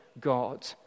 God